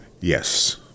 Yes